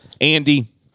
Andy